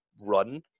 run